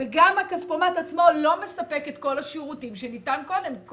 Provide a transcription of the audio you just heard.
וגם הכספומט עצמו לא מספק את כל השירותים שניתנו קודם.